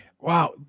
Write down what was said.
Wow